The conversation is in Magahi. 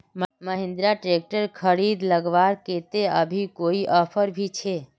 महिंद्रा ट्रैक्टर खरीद लगवार केते अभी कोई ऑफर भी छे?